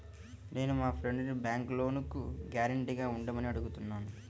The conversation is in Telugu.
నేను మా ఫ్రెండ్సుని బ్యేంకులో లోనుకి గ్యారంటీగా ఉండమని అడుగుతున్నాను